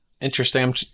Interesting